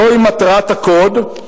זוהי מטרת הקוד,